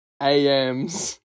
AMs